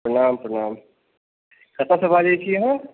प्रणाम प्रणाम कतयसँ बाजैत छी अहाँ